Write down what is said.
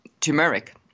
turmeric